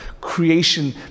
Creation